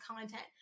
content